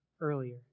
earlier